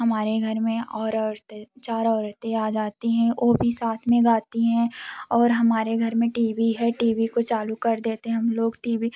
हमारे घर में और औरतें चार औरतें आ जाती हैं वो वो भी साथ में गाती है और हमारे घर में टी वी है टी वी को चालू कर देते हम लोग टी वी